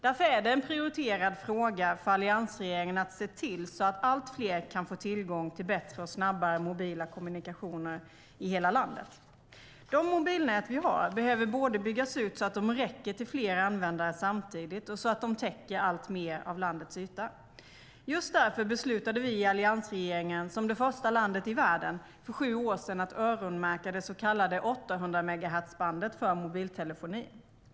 Därför är det en prioriterad fråga för alliansregeringen att se till att allt fler kan få tillgång till bättre och snabbare mobila kommunikationer i hela landet. De mobilnät vi har behöver byggas ut så att de både räcker till fler användare samtidigt och så att de täcker alltmer av landets yta. Just därför beslutade vi i alliansregeringen för sju år sedan att Sverige som det första landet i världen skulle öronmärka det så kallade 800-megahertzbandet för mobiltelefoni.